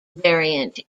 variant